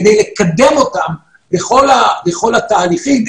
כדי לקדם אותם בכל התהליכים,